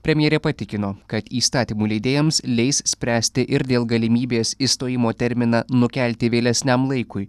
premjerė patikino kad įstatymų leidėjams leis spręsti ir dėl galimybės išstojimo terminą nukelti vėlesniam laikui